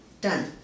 Done